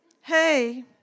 Hey